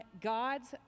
God's